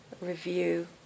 review